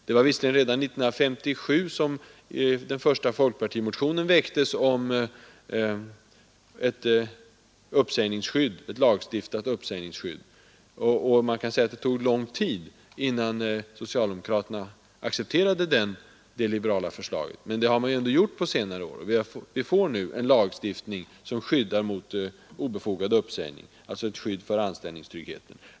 Det var visserligen redan 1957 som den första folkpartimotionen om ett lagstadgat uppsägningsskydd väcktes, och man kan säga att det tog lång tid innan socialdemokraterna accepterade det liberala förslaget. Men det har man ändå gjort på senare år, och vi får nu en lagstiftning som skyddar mot obefogad uppsägning, alltså ett skydd för anställningstryggheten.